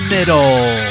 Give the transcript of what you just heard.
Middle